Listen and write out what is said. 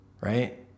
Right